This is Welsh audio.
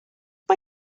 mae